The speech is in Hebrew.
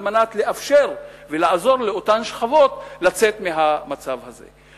על מנת לאפשר ולעזור לאותן שכבות לצאת מהמצב הזה.